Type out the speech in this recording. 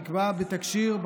נקבע בתקשי"ר,